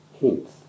hints